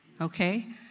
okay